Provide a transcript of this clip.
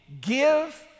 Give